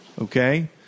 Okay